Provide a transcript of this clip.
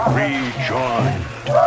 rejoined